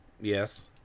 Yes